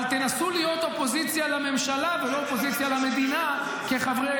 אבל תנסו להיות אופוזיציה לממשלה ולא אופוזיציה למדינה כחברי